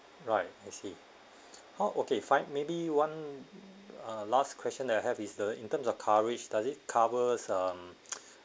right I see how okay fine maybe one uh last question that I have is the in terms of coverage does it covers um